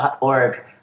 .org